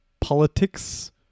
politics